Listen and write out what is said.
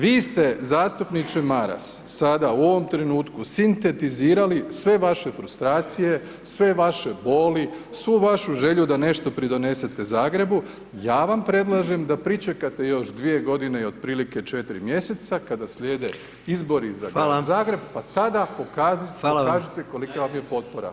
Vi ste zastupniče Maras, sada u ovom trenutku sintetizirali sve vaše frustracije, sve vaše boli, svu vašu želju da nešto pridonesete Zagrebu, ja vam predlažem da pričekate još 2 g. i otprilike 4 mj. kada slijede izbori za grad Zagreb pa tada pokažite kolika vam je potpora.